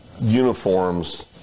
uniforms